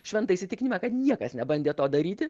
šventą įsitikinimą kad niekas nebandė to daryti